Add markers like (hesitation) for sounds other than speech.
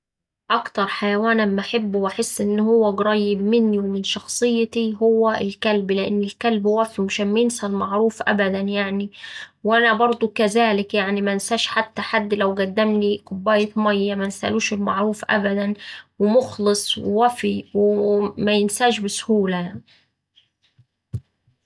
أكتر حيوان أما أحبه وأحس إن هوه قريب مني ومن شخصيتي هوه الكلب لأن الكلب وفي ومش أما ينسا المعروف أبدا يعني، وأنا برضه كذلك يعني منساش حتى حد لو قدملي كوباية ماية منسالوش المعروف أبدا ومخلص ووفي وو (hesitation) ومينساش بسهولة يعني.